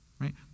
Right